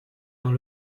dans